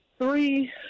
Three